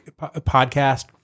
podcast